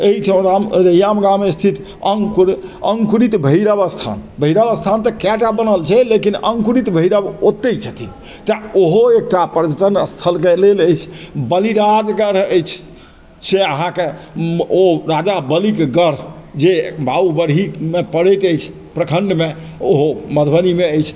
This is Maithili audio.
अइ ठाम राम रैयाम गाम स्थित अङ्कुर अङ्कुरित भैरव स्थान भैरव स्थान तऽ कएटा बनल छै लेकिन अङ्कुरित भैरव ओतय छथिन तैं ओहो एकटा पर्यटन स्थलके लेल अछि बलिराजगढ़ अछि से अहाँके ओ राजा बलिके गढ़ जे बाबू बड़हीमे पड़ैत अछि प्रखण्डमे ओहो मधुबनीमे अछि